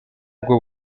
bwo